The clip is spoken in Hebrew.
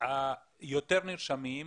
יותר נרשמים,